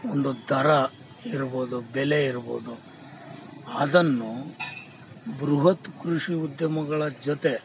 ಒಂದು ದರ ಇರ್ಬೋದು ಬೆಲೆ ಇರ್ಬೋದು ಅದನ್ನು ಬೃಹತ್ ಕೃಷಿ ಉದ್ಯಮಗಳ ಜೊತೆ